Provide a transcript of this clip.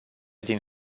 din